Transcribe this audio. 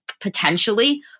potentially